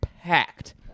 packed